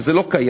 שזה לא קיים,